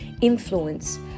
influence